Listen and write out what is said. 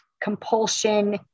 compulsion